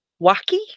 wacky